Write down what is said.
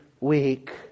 week